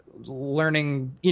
learning